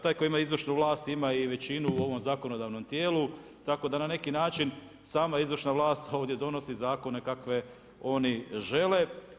Tak koji ima izvršnu vlast ima i većinu u ovome zakonodavnom tijelu, tako da na neki način sama izvršna vlast ovdje donosi zakone kakve oni žele.